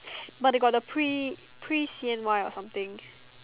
but they got the pre pre C_N_Y or something